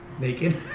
Naked